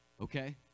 Okay